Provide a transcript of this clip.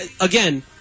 again